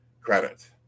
credit